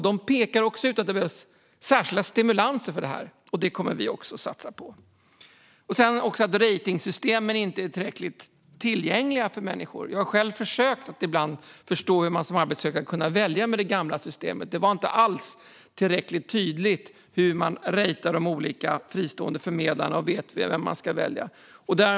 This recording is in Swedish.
Det pekas också på att det behövs särskilda stimulanser för det här, och det kommer vi också att satsa på. En annan sak är att ratingsystemen inte är tillräckligt tillgängliga för människor. Jag har själv försökt att förstå hur man som arbetssökande skulle kunna välja med det gamla systemet. Det var inte alls tillräckligt tydligt hur man bedömer de olika fristående förmedlarna och vet vem man ska välja.